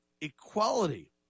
equality